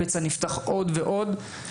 הפצע נפתח עוד ועוד.